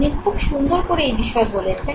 উনি খুব সুন্দর করে এই বিষয়ে বলেছেন